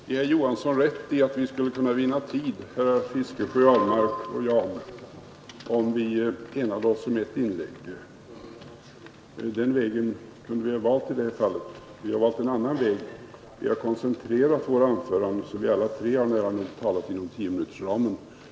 Herr talman! Jag vill gärna ge herr Johansson i Trollhättan rätt i att herr Fiskesjö, herr Ahlmark och jag skulle kunna vinna tid, om vi enades om ett inlägg. Den vägen kunde vi ha valt i det här fallet. Vi har valt en annan väg vi har koncentrerat våra anföranden, så att vi alla tre har nära nog talat inom tiominutersramen.